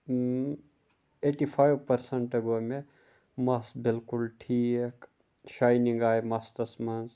eighty five percent گوٚو مےٚ مَس بالکُل ٹھیٖک شاینِنٛگ آے مَستَس منٛز